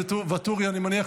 נתקבלה.